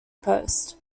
post